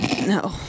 no